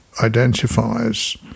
identifies